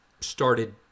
started